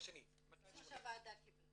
זה מה שהוועדה קיבלה.